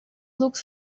looked